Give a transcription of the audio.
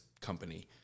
company